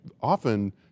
often